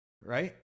Right